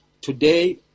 today